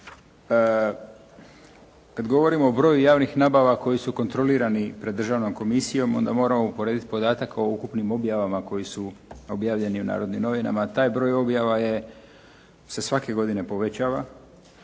Kada govorimo o broju javnih nabava koji su kontrolirani pred Državnom komisijom onda moramo uporediti podatak o ukupnim objavama koji su objavljeni u "Narodnim novinama", a taj broj objava se svake godine povećava,